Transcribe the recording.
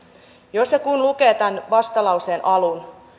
jos ja kun lukee tämän vastalauseen alun